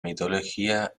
mitología